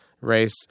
race